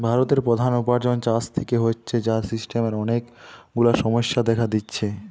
ভারতের প্রধান উপার্জন চাষ থিকে হচ্ছে, যার সিস্টেমের অনেক গুলা সমস্যা দেখা দিচ্ছে